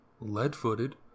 lead-footed